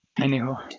Anyhow